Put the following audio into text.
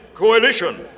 coalition